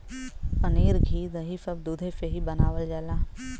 पनीर घी दही सब दुधे से ही बनावल जाला